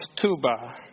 Tuba